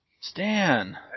Stan